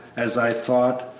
as i thought,